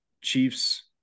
chiefs